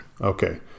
Okay